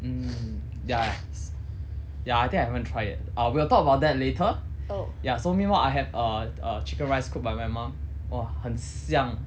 mm ya s~ ya I think I haven't try yet uh we'll talk about that later ya so meanwhile I have a a chicken rice cooked by my mum !wah! 很香